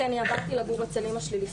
כי עברתי לגור אצל אמא שלי,